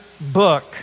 book